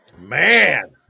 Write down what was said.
man